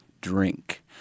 drink